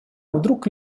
вдруг